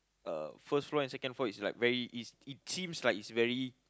uh first floor and second floor is like very its it seems like it's very